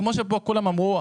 כמו שפה כולם אמרו,